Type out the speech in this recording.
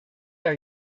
are